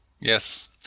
Yes